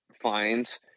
fines